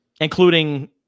including